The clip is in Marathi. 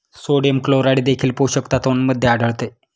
सोडियम क्लोराईड देखील पोषक तत्वांमध्ये आढळते